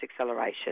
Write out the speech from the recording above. acceleration